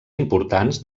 importants